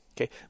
Okay